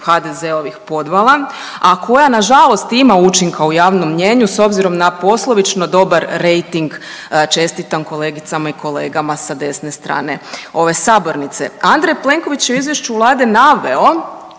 HDZ-ovih podvala, a koja nažalost ima učinka u javnom mnijenju s obzirom na poslovično dobar rejting, čestitam kolegicama i kolegama sa desne strane ove sabornice. Andrej Plenković je u Izvješću Vlade naveo,